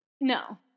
No